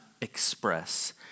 express